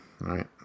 right